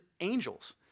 angels